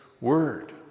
word